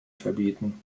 verbieten